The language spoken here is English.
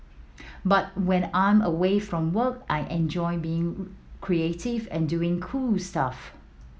but when I'm away from work I enjoy being creative and doing cool stuff